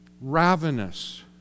ravenous